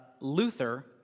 Luther